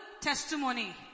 testimony